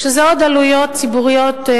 שאלה עוד עלויות ציבוריות,